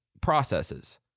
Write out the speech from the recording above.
processes